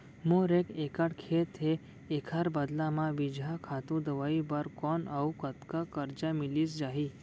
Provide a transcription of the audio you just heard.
मोर एक एक्कड़ खेत हे, एखर बदला म बीजहा, खातू, दवई बर कोन अऊ कतका करजा मिलिस जाही?